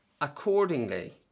accordingly